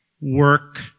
Work